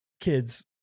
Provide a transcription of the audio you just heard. kids